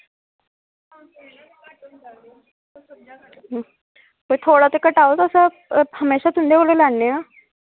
थोह्ड़ा ते घटाओ म्हेशा तुंदे कोला लैन्ने आं